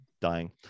dying